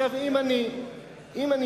אם אני